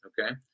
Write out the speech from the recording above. Okay